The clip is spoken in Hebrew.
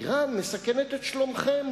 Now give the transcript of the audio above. אירן מסכנת את שלומכם,